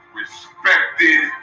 respected